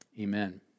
Amen